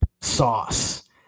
sauce